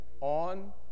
On